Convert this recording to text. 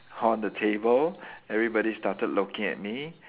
on the table everybody started looking at me